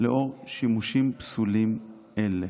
לאור שימושים פסולים אלה".